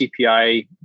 CPI